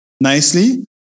nicely